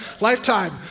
Lifetime